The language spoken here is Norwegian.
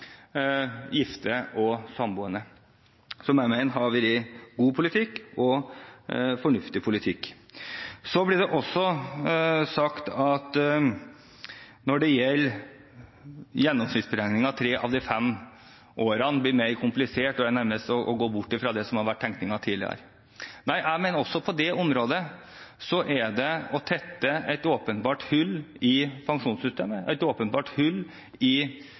gifte og samboende sammenlignet med enslige. Det mener jeg ville vært god og fornuftig politikk. Det blir også sagt når det gjelder gjennomsnittsberegningen av tre av de fem årene, vil det bli mer komplisert, og at det nærmest er å gå bort fra det som har vært tenkningen tidligere. Nei, jeg mener at også på det området er det å tette et åpenbart hull i pensjonssystemet og i